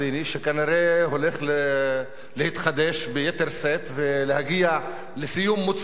שכנראה הולך להתחדש ביתר שאת ולהגיע לסיום מוצלח,